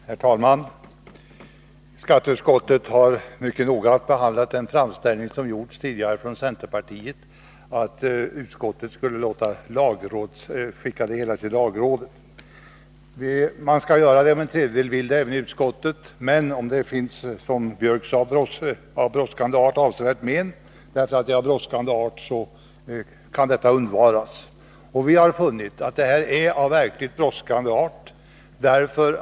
Herr talman! Skatteutskottet har mycket noga behandlat den framställning som gjorts tidigare från centerpartiet att utskottet skulle skicka det hela till lagrådet. Man skall göra detta om en tredjedel vill det även i utskottet. Men om det, som herr Björck sade, innebär avsevärt men därför att ärendet är av brådskande art, kan detta undvaras. Vi har funnit att ärendet är av verkligt brådskande art.